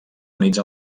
units